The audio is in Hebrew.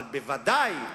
אבל בוודאי,